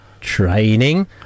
training